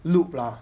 look lah